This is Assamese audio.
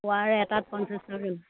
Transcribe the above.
ওৱাৰ এটাট পঞ্চাছ টকাকৈ লম